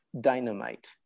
dynamite